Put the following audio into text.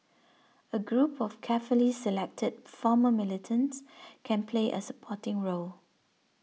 a group of carefully selected former militants can play a supporting role